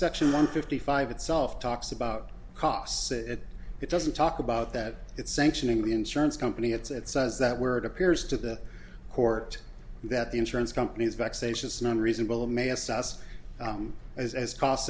section one fifty five itself talks about costs and it doesn't talk about that it's sanctioning the insurance company it's at says that where it appears to the court that the insurance companies vexatious non reasonable may assess them as costs